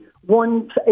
one